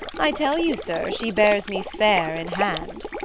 i tell you, sir, she bears me fair in hand.